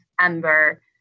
Ember